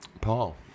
Paul